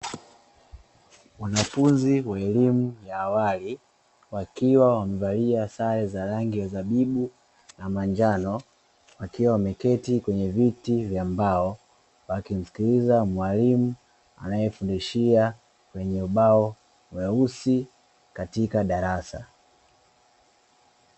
Wanafunzi wa elimu ya awali wakiwa wamevalia sare za rangi ya zabibu na manjano wakiwa wameketi kwenye viti vya mbao, wakimsikiliza mwalimu anayefundishia kwenye ubao mweusi katika darasa.